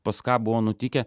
pas ką buvo nutikę